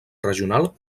regional